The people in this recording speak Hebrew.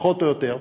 פחות או יותר,